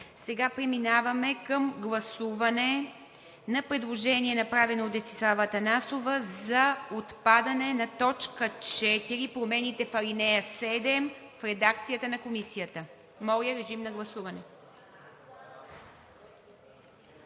Сега преминаваме към гласуване на предложение, направено от Десислава Атанасова, за отпадане на т. 4 – промените в ал. 7, в редакцията на Комисията. Моля, режим на гласуване.